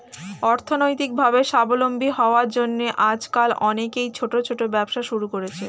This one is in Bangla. অর্থনৈতিকভাবে স্বাবলম্বী হওয়ার জন্য আজকাল অনেকেই ছোট ছোট ব্যবসা শুরু করছে